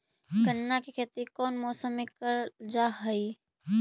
गन्ना के खेती कोउन मौसम मे करल जा हई?